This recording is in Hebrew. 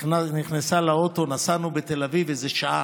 היא נכנסה לאוטו, נסענו בתל אביב איזה שעה,